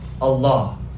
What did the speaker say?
Allah